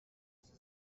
sie